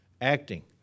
acting